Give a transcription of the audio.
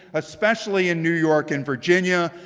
especially in new york and virginia,